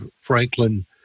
Franklin